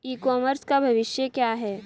ई commerce का भविष्य क्या है?